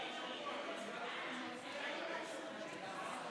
שגם הוא